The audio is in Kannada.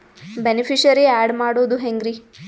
ಬೆನಿಫಿಶರೀ, ಆ್ಯಡ್ ಮಾಡೋದು ಹೆಂಗ್ರಿ?